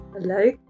Hello